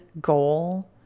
goal